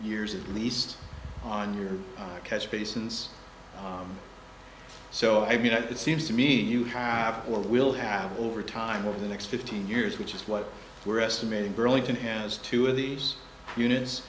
years at least on your catch basins so i mean it seems to me you have or will have over time over the next fifteen years which is what we're estimating burlington has two of these units